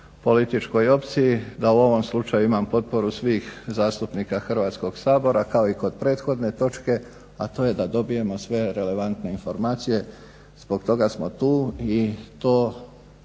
političkoj opciji da u ovom slučaju imam potporu svih zastupnika Hrvatskog sabora kao i kod prethodne točke, a to je da dobijemo sve relevantne informacije. Zbog toga smo tu i to